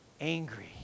angry